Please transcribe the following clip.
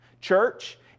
Church